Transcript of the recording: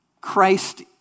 Christ